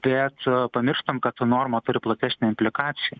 bet pamirštam kad ta norma turi platesnę implikaciją